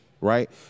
Right